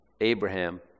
Abraham